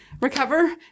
recover